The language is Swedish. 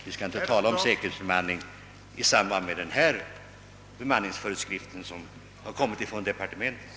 Vi skall nog inte alls tala om säkerhetsbemanning i samband med de föreskrifter om bemanning som har kommit från departementet.